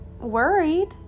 worried